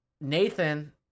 Nathan